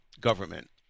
government